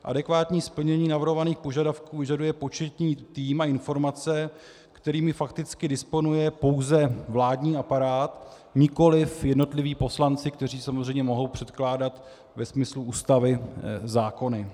Adekvátní splnění navrhovaných požadavků vyžaduje početný tým a informace, kterými fakticky disponuje pouze vládní aparát, nikoliv jednotliví poslanci, kteří samozřejmě mohou předkládat ve smyslu Ústavy zákony.